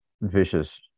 vicious